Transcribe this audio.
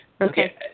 Okay